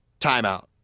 Timeout